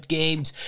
games